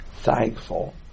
thankful